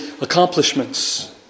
accomplishments